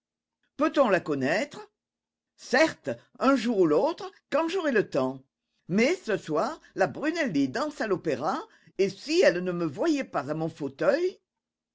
peut-on la connaître certes un jour ou l'autre quand j'aurai le temps mais ce soir la brunelli danse à l'opéra et si elle ne me voyait pas à mon fauteuil